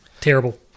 terrible